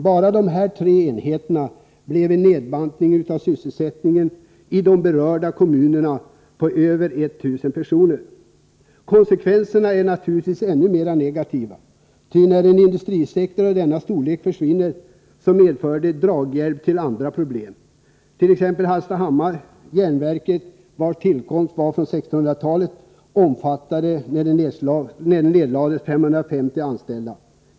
Bara dessa tre enheter innebar en nedbantning av sysselsättningen i berörda kommuner på över 1 000 personer. Konsekvenserna är naturligtvis ännu mera negativa, ty när en industrisektor av denna storlek försvinner så medför det draghjälp till andra problem. Detta gäller t.ex. Hallstahammar. Järnverket, som tillkom på 1600-talet, omfattade när det nedlades 550 anställda.